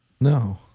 No